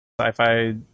sci-fi